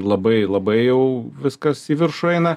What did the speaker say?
labai labai jau viskas į viršų eina